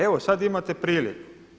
Evo sad imate priliku.